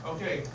Okay